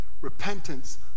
Repentance